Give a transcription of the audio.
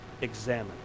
examine